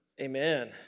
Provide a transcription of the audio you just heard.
Amen